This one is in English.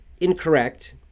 incorrect